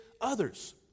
others